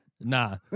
Nah